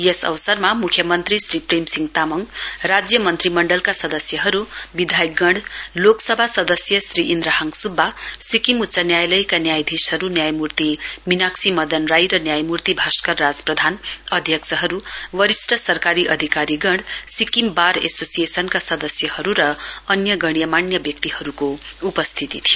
यस अवसरमा मूख्यमन्त्री श्री प्रेम सिंह तामङ राज्यमन्त्री मण्डलका सदस्यहरू विधायकगण लोकसभा सदस्य श्री इन्द्रहाङ स्ब्बा सिक्किम उच्च न्यायालयका न्यायाधीशहरू न्यायमूर्ति मिनाक्षी मदन राई र न्यायमूर्ति भाष्कर राज प्रधान अध्यक्षहरू वरिष्ट सरकारी अधिकारीगण सिक्किम बार एशोशिएशनका सदस्यहरू र अन्यगण्यमाण्य व्यक्तिहरूको उपस्थिती थियो